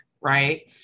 right